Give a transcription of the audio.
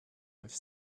have